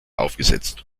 aufgesetzt